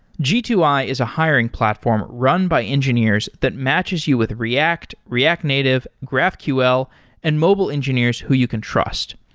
g two i is a hiring platform run by engineers that matches you with react, react native, graphql and mobile engineers who you can trust.